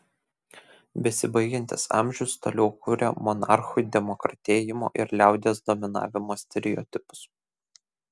besibaigiantis amžius toliau kuria monarchų demokratėjimo ir liaudies dominavimo stereotipus